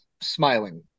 smiling